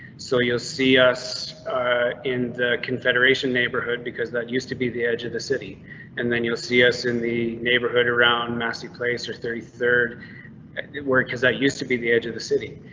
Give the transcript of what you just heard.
so you'll see us in the confederation neighborhood because that used to be the edge of the city and then you'll see us in the neighborhood around massive place or thirty third work as that used to be the edge of the city.